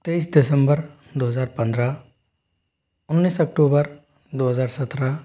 तेईस दिसम्बर दो हज़ार पंद्रह उन्नीस अक्टूबर दो हज़ार सत्रह